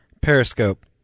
Periscope